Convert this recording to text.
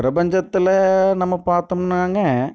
பிரபஞ்சத்தில்ல நம்ம பார்த்தோம்னாங்க